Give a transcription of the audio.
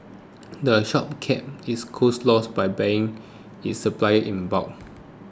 the shop keeps its costs low by buying its supplies in bulk